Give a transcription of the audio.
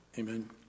Amen